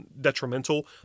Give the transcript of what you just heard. detrimental